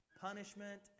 punishment